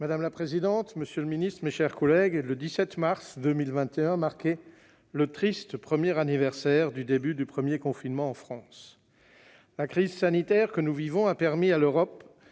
Madame la présidente, monsieur le secrétaire d'État, mes chers collègues, le 17 mars 2021 a marqué le triste anniversaire du début du premier confinement en France. La crise sanitaire que nous vivons a permis à l'Europe